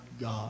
God